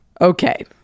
Okay